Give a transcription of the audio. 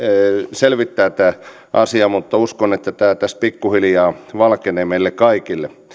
selvittää mutta uskon että tämä tästä pikkuhiljaa valkenee meille kaikille